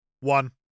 One